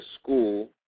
school